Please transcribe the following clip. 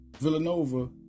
Villanova